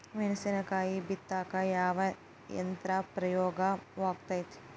ಮೆಣಸಿನಕಾಯಿ ಬಿತ್ತಾಕ ಯಾವ ಯಂತ್ರ ಉಪಯೋಗವಾಗುತ್ತೆ?